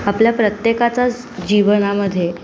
आपल्या प्रत्येकाचाच जीवनामध्ये